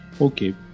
okay